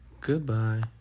Goodbye